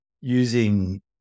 using